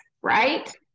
right